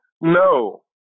No